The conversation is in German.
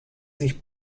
sich